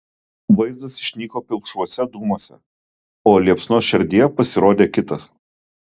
vaizdas išnyko pilkšvuose dūmuose o liepsnos šerdyje pasirodė kitas